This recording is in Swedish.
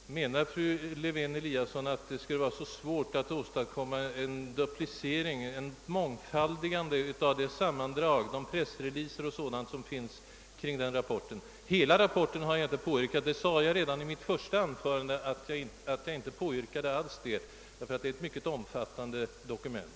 Herr talman! Menar fru Lewén-Eliasson att det skulle vara så svårt att åstadkomma ett mångfaldigande av de sammandrag, pressreleaser o.s. v., som finns rörande denna rapport? Hela rapporten har jag inte krävt att vi skulle få — det sade jag redan i mitt första anförande — det är ju ett mycket omfattande dokument.